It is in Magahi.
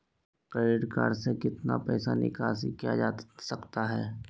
क्रेडिट कार्ड से कितना पैसा निकासी किया जा सकता है?